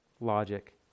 logic